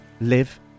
live